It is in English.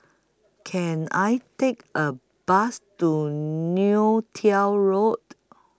Can I Take A Bus to Neo Tiew Road